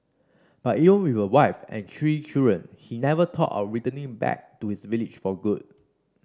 but even with a wife and three children he never thought of returning back to his village for good